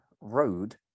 road